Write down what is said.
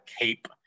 cape